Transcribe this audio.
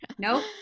Nope